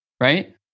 right